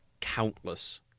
countless